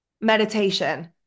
Meditation